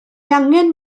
angen